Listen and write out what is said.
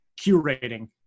curating